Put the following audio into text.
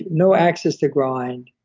no axes to grind,